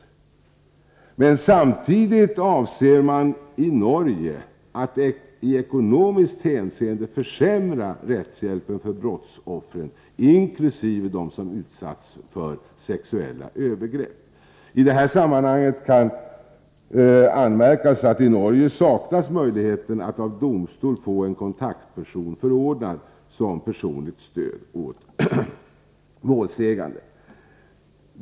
Men samtidigt avser man att i ekonomiskt hänseende försämra rättshjälpen för brottsoffren inkl. dem som utsatts för sexuella övergrepp. I detta sammanhang kan anmärkas att i Norge saknas möjligheten att av domstol få en kontaktperson förordnad som personligt stöd åt målsägande.